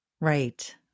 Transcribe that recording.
Right